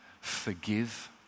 forgive